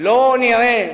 לא נראה